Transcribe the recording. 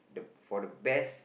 the for the best